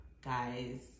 guys